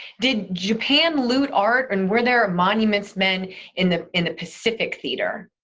did japan loot art and were there monuments man in the in the pacific theater?